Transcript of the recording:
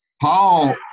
Paul